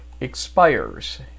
expires